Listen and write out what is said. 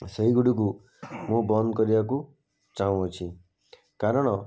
ସେଇଗୁଡ଼ିକୁ ମୁଁ ବନ୍ଦ କରିବାକୁ ଚାହୁଁଅଛି କାରଣ